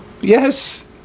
Yes